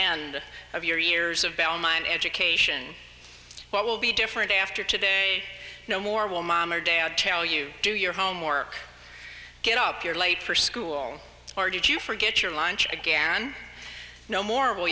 end of your years of belmont education what will be different after today no more will mom or dad tell you do your homework get up you're late for school or did you forget your lunch again no more will